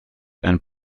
and